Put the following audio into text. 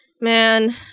man